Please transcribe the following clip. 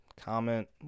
comment